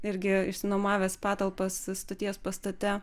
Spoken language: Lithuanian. irgi išsinuomavęs patalpas stoties pastate